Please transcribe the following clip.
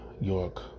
York